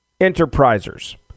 enterprisers